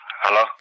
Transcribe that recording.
Hello